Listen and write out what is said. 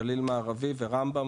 גליל מערבי ורמב"ם,